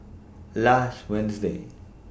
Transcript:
last Wednesday